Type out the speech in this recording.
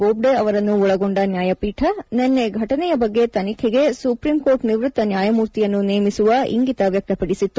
ಬೊಬ್ಡೆ ಅವರನ್ನು ಒಳಗೊಂಡ ನ್ಯಾಯಪೀಠ ನಿನ್ನೆ ಘಟನೆಯ ಬಗ್ಗೆ ತನಿಖೆಗೆ ಸುಪ್ರೀಂಕೋರ್ಟ್ ನಿವೃತ್ತ ನ್ಯಾಯಮೂರ್ತಿಯನ್ನು ನೇಮಿಸುವ ಇಂಗಿತ ವ್ಯಕ್ತಪಡಿಸಿತ್ತು